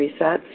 resets